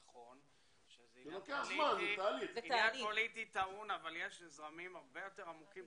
נכון שזה עניין פוליטי טעון אבל יש זרמים הרבה יותר עמוקים.